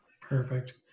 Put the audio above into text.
perfect